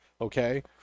okay